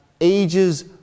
ages